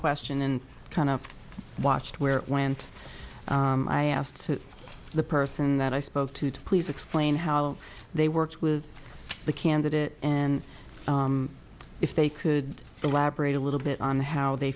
question and kind of watched where it went i asked the person that i spoke to to please explain how they worked with the candidate and if they could elaborate a little bit on how they